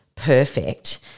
Perfect